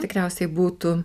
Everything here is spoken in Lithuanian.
tikriausiai būtų